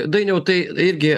dainiau tai irgi